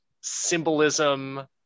symbolism